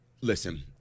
listen